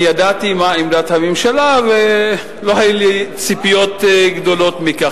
ידעתי מה עמדת הממשלה ולא היו לי ציפיות גדולות מכך.